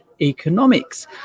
Economics